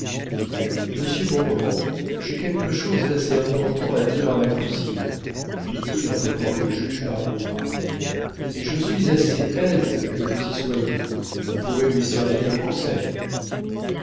recommencé monsieur bongrand j'ai quelque chose d'assez important à dire à ma cousine fit-il en prenant le juge par le bras et je suis assez aise que vous y soyez vous pourrez lui servir de conseil